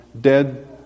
dead